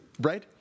Right